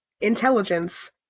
intelligence